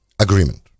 agreement